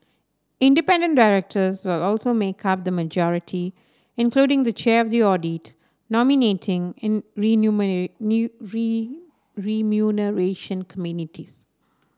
independent directors will also make up the majority including the chair of the audit nominating and remuneration communities